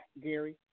Gary